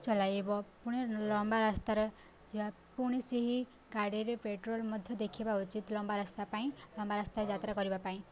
ଚଲାଇବ ପୁଣି ଲମ୍ବା ରାସ୍ତାରେ ଯିବା ପୁଣି ସେହି ଗାଡ଼ିରେ ପେଟ୍ରୋଲ ମଧ୍ୟ ଦେଖିବା ଉଚିତ ଲମ୍ବା ରାସ୍ତା ପାଇଁ ଲମ୍ବା ରାସ୍ତାରେ ଯାତ୍ରା କରିବା ପାଇଁ